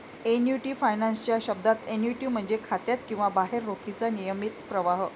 annuity finance च्या शब्दात, annuity म्हणजे खात्यात किंवा बाहेर रोखीचा नियमित प्रवाह